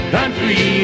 Country